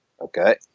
okay